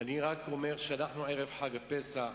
אנחנו ערב חג הפסח,